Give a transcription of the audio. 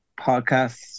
podcast